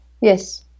yes